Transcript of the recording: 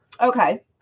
Okay